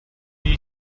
wie